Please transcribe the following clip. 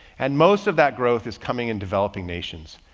and most of that growth is coming in developing nations.